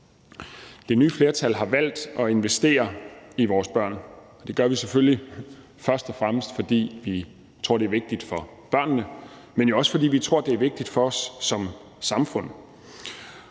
Det nye flertal har valgt at investere i vores børn. Det gør vi selvfølgelig først og fremmest, fordi vi tror, det er vigtigt for børnene, men også fordi vi tror, at det er vigtigt for os som samfund.